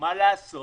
מה לעשות